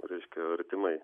reiškia artimai